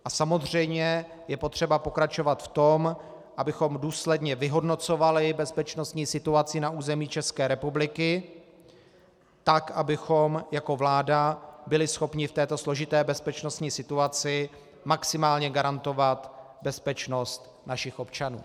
A samozřejmě je potřeba pokračovat v tom, abychom důsledně vyhodnocovali bezpečnostní situaci na území České republiky, tak abychom jako vláda byli schopni v této složité bezpečnostní situaci maximálně garantovat bezpečnost našich občanů.